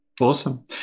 Awesome